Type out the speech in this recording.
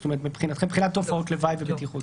זאת אומרת, מבחינת תופעות לוואי ובטיחות.